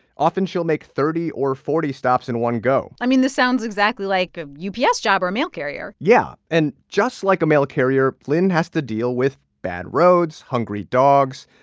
often, she'll make thirty or forty stops in one go i mean, this sounds exactly like a ups job or a mail carrier yeah. and just like a mail carrier, lynne has to deal with bad roads, hungry dogs,